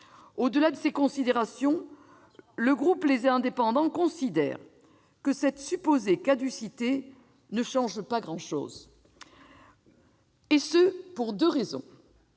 Au-delà de ces considérations, le groupe Les Indépendants considère que cette supposée caducité ne change pas grand-chose, et cela pour deux raisons.